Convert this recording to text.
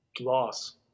loss